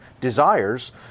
desires